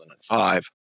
2005